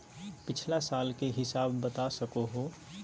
पिछला साल के हिसाब बता सको हो?